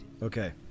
Okay